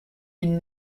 une